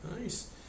nice